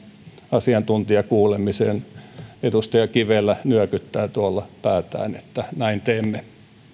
asiantuntijakuulemisen edustaja kivelä nyökyttää tuolla päätään että näin teemme